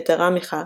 יתרה מכך,